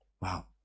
wow